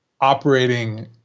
operating